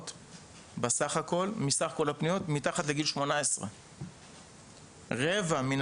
מסך כל הפניות מתחת לגיל 18. רבע מן